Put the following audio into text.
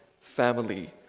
family